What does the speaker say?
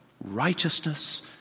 Righteousness